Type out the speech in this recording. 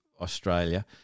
Australia